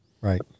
right